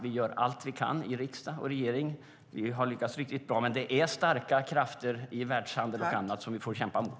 Vi gör allt vi kan i riksdag och regering. Vi har lyckats riktigt bra, men det finns starka krafter i bland annat världshandeln som vi får kämpa emot.